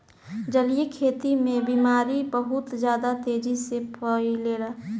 जलीय खेती में बीमारी बहुत ज्यादा तेजी से फइलेला